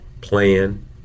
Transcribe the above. plan